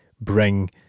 bring